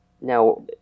Now